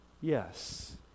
Yes